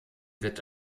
wird